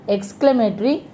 Exclamatory